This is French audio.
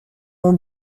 mon